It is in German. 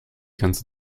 ganze